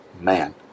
man